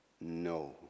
no